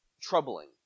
troubling